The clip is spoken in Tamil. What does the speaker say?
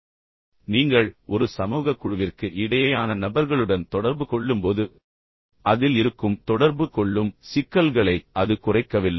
எனவே நீங்கள் ஒரு சமூகக் குழுவிற்கு இடையேயான நபர்களுடன் தொடர்பு கொள்ளும்போது அதில் இருக்கும் தொடர்பு கொள்ளும் சிக்கல்களைக் அது குறைக்கவில்லை